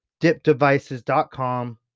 Dipdevices.com